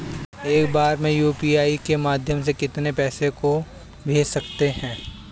एक बार में यू.पी.आई के माध्यम से कितने पैसे को भेज सकते हैं?